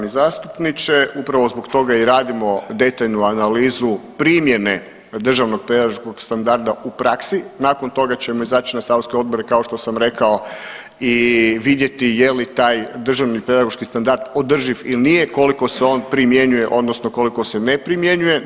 Da, poštovani zastupniče upravo zbog toga i radimo detaljnu analizu primjene državnog pedagoškog standarda u praksi, nakon toga ćemo izaći na saborske odbore kao što sam rekao i vidjeti je li taj državni pedagoški standard održiv ili nije, koliko se on primjenjuje odnosno koliko se ne primjenjuje.